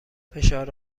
فشار